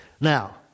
Now